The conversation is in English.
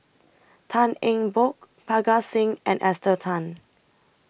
Tan Eng Bock Parga Singh and Esther Tan